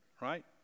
right